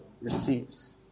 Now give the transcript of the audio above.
receives